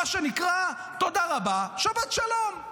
מה שנקרא, תודה רבה, שבת שלום.